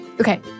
Okay